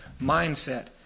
mindset